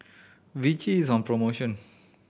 Vichy is on promotion